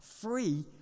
free